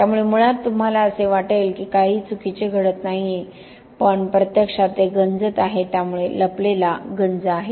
त्यामुळे मुळात तुम्हाला असे वाटेल की काहीही चुकीचे घडत नाही आहे पण प्रत्यक्षात ते गंजत आहे त्यामुळे लपलेला गंज आहे